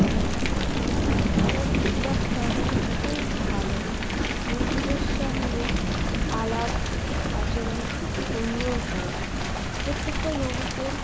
আবার কিছু ডাক্তার খুব ভালো রুগীদের সঙ্গে আলাপ আচরণ খুব সুন্দর করে প্রত্যেকটা রুগীকে